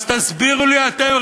אז תסבירו לי אתם,